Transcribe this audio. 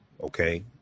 Okay